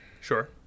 sure